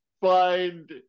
find